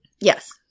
Yes